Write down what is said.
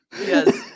yes